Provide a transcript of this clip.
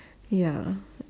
ya